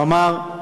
הוא אמר: